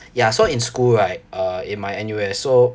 ya so in school right err in my N_U_S so